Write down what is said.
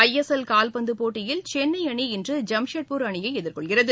ஐ S L கால்பந்துப் போட்டியில் சென்னை அணி இன்று ஜாம்ஷெட்பூர் அணியை எதிர்கொள்கிறது